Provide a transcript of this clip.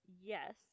yes